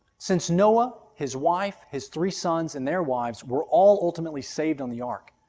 since noah, his wife, his three sons, and their wives were all ultimately saved on the ark,